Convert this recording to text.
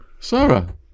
Sarah